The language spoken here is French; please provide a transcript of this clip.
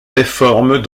réformes